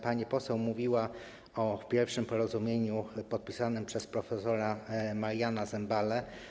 Pani poseł powiedziała o pierwszym porozumieniu podpisanym przez prof. Mariana Zembalę.